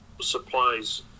supplies